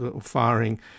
firing